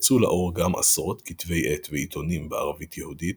יצאו לאור גם עשרות כתבי עת ועיתונים בערבית יהודית